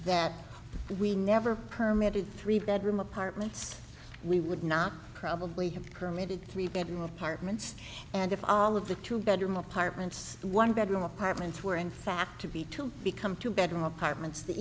that we never permit two three bedroom apartments we would not probably have permitted three bedroom apartments and if all of the two bedroom apartments one bedroom apartments were in fact to be to become two bedroom apartments the